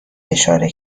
اشاره